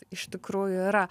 iš tikrųjų yra